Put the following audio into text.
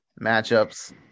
matchups